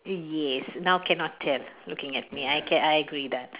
yes now cannot tell looking at me I ca~ I agree that